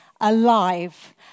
alive